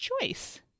choice